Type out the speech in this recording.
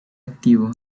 activo